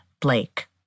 Blake